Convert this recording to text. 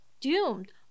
doomed